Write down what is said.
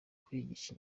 kwigisha